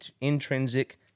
intrinsic